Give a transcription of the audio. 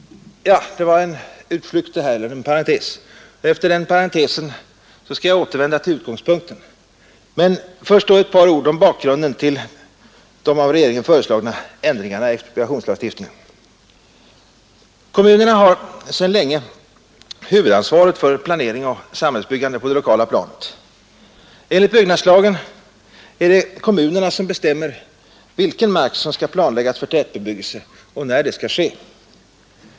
Efter den här parentesen skall jag återvända till utgångspunkten. Men först ett par ord om bakgrunden till de av regeringen föreslagna ändringarna i expropriationslagstiftningen. Kommunerna har sedan länge huvudansvaret för planering och samhällsbyggande på det lokala planet. Enligt byggnadslagen är det kommunerna som bestämmer vilken mark som skall planläggas för tätbebyggelse och när det skall ske.